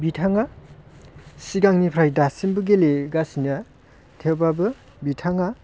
बिथाङा सिगांनिफ्राय दासिमबो गेलेगासिनो थेवबाबो बिथाङा